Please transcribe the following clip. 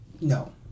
No